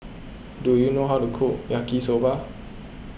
do you know how to cook Yaki Soba